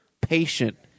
patient